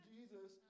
Jesus